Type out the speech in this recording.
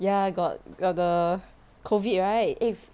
ya got got the COVID right if